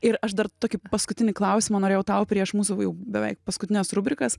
ir aš dar tokį paskutinį klausimą norėjau tau prieš mūsų jau beveik paskutines rubrikas